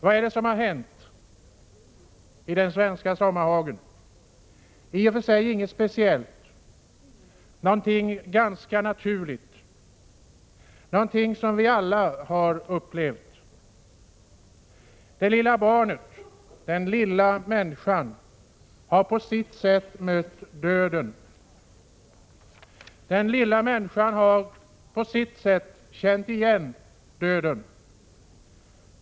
Vad är det som har hänt i den svenska sommarhagen? Det är i och för sig ingenting speciellt utan något ganska naturligt, något som vi alla har upplevt. Det lilla barnet, den lilla människan, har på sitt sätt mött döden. Den lilla människan har på sitt sätt känt igen döden.